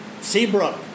Seabrook